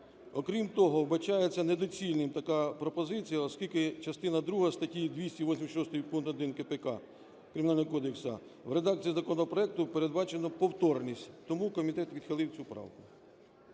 окрім того, вбачається недоцільною така пропозиція, оскільки частина друга статті 286 пункт 1 КПК, Кримінального кодексу, в редакції законопроекту передбачено повторність, тому комітет відхилив цю правку.